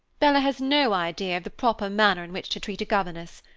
bella has no idea of the proper manner in which to treat a governess.